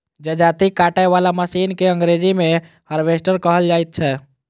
जजाती काटय बला मशीन के अंग्रेजी मे हार्वेस्टर कहल जाइत छै